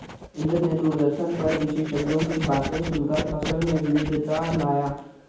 इंद्र ने दूरदर्शन पर विशेषज्ञों की बातें सुनकर फसल में विविधता लाया